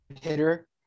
hitter